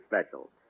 special